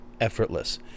effortless